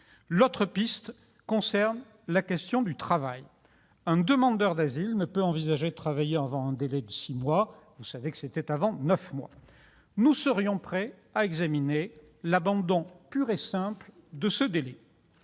suggestion concerne la question du travail. Un demandeur d'asile ne peut envisager de travailler avant un délai de six mois- neuf mois précédemment ; nous serions prêts à examiner l'abandon pur et simple de ce délai,